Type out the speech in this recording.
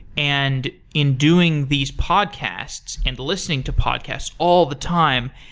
and in doing these podcasts and listening to podcasts all the time,